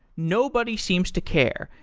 nobody seems to care.